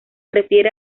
refiere